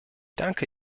danke